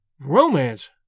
Romance